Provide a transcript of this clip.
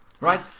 right